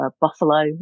buffalo